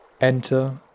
Enter